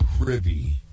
privy